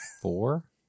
four